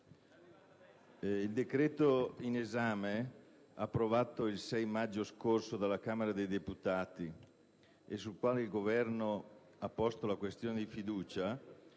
il decreto-legge in esame, approvato il 6 maggio scorso dalla Camera dei deputati e sul quale il Governo ha posto la questione di fiducia,